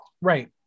Right